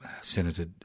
Senator